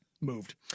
moved